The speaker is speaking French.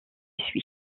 suit